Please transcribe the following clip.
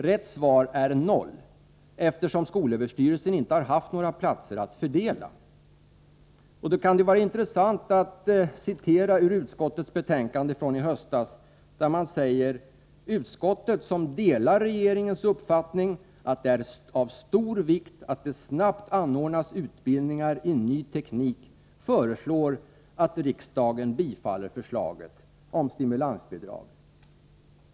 Rätt svar är noll, eftersom skolöverstyrelsen inte har haft några platser att fördela. Det kan då vara intressant att citera ur utskottets betänkande från i höstas. Där sägs att utskottet som delar regeringens uppfattning att det är av stor vikt att det snabbt anordnas utbildningar i ny teknik föreslår att riksdagen bifaller förslaget om stimulansbidrag.